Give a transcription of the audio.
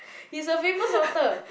he's a famous author